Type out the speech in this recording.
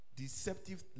deceptive